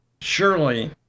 Surely